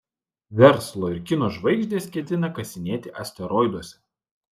verslo ir kino žvaigždės ketina kasinėti asteroiduose